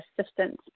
assistance